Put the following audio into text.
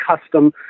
custom